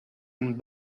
and